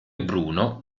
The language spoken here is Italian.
bruno